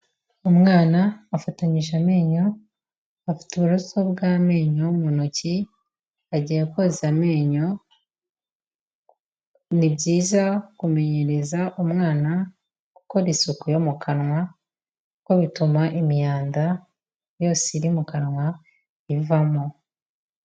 Umwana wafatanyije amenyo, afite uburoso bw'amenyo mu ntoki, agiye koza amenyo, ni byiza kumenyereza umwana gukora isuku yo mu kanwa kuko bituma imyanda yose iri mu kanwa ivamo.